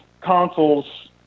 consoles